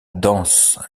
danse